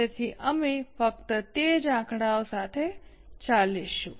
તેથી અમે ફક્ત તે જ આંકડાઓ સાથે ચાલુ રાખીશું